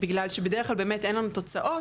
בגלל שבדרך כלל באמת אין לנו תוצאות,